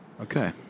okay